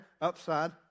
upside